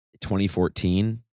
2014